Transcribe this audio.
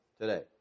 today